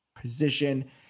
position